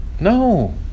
No